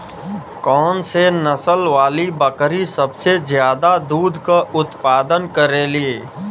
कौन से नसल वाली बकरी सबसे ज्यादा दूध क उतपादन करेली?